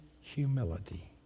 humility